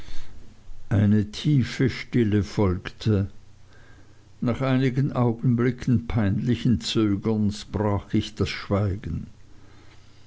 eine tiefe stille folgte nach einigen augenblicken peinlichen zögerns brach ich das schweigen